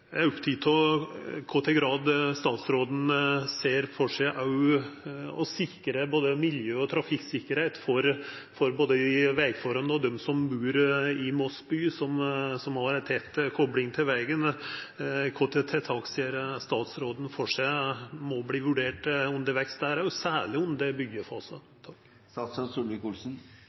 Eg er oppteken av i kva grad statsråden ser for seg å sikra både miljø og trafikksikkerheit med tanke på både vegforholda og dei som bur i Moss by, som har ei tett kopling til vegen. Kva tiltak ser statsråden for seg må verta vurderte undervegs der også, særleg under byggjefasen? Her